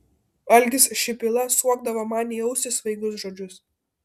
algis šipyla suokdavo man į ausį svaigius žodžius